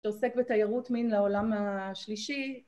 עוסק בתיירות מין לעולם השלישי.